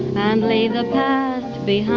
and leave the past behind.